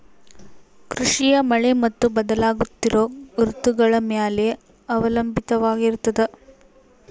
ಕೃಷಿಯು ಮಳೆ ಮತ್ತು ಬದಲಾಗುತ್ತಿರೋ ಋತುಗಳ ಮ್ಯಾಲೆ ಅವಲಂಬಿತವಾಗಿರ್ತದ